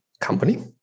company